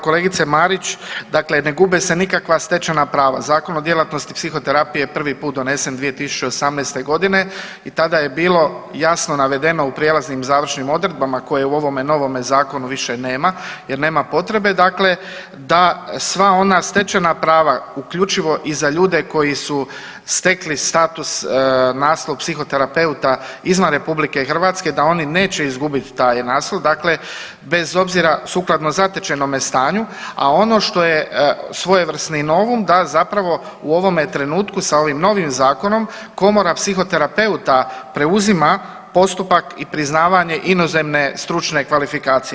Poštovana kolegice Marić, dakle ne gube se nikakva stečena prava, Zakon o djelatnosti psihoterapije je prvi put donesen 2018.g. i tada je bilo jasno navedeno u prijelaznim i završnim odredbama koje u ovome novome zakonu više nema jer nema potrebe dakle da sva ona stečena prava uključivo i za ljude koji su stekli status naslov psihoterapeuta izvan RH da oni neće izgubiti taj naslov bez obzira sukladno zatečenome stanju, a ono što je svojevrsni novum da zapravo u ovome trenutku sa ovim novim zakonom Komora psihoterapeuta preuzima postupak i priznavanje inozemne stručne kvalifikacije.